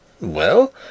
Well